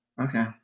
okay